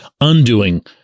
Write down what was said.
undoing